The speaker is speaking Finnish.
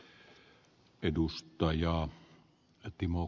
arvoisa puhemies